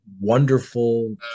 wonderful